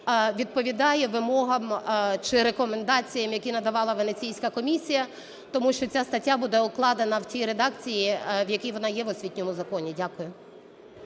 відповідає вимогам чи рекомендаціям, які надавала Венеційська комісія, тому що ця стаття буде укладена в тій редакції, в якій вона є в освітньому законі. Дякую.